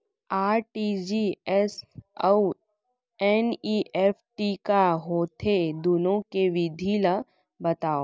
RTGS अऊ NEFT का होथे, दुनो के विधि ला बतावव